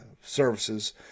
services